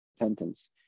repentance